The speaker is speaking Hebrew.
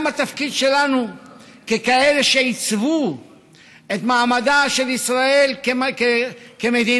התפקיד שלנו הוא גם של כאלה שעיצבו את מעמדה של ישראל כמדינה